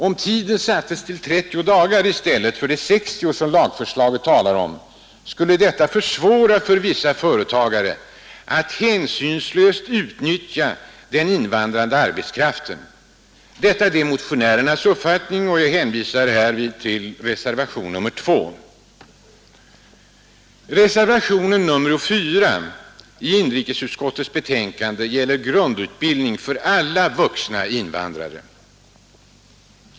Om tiden sattes till 30 dagar i stället för de 60 som lagförslaget talar om skulle detta försvåra för vissa företagare att hänsynslöst utnyttja den invandrande arbetskraften. Detta är motionärer nas uppfattning, och jag hänvisar här till reservationen 2. Nr 131 Reservationen 4 gäller grundutbildning för alla vuxna invandrare.